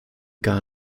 gar